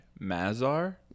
Mazar